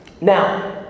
Now